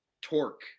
torque